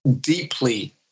deeply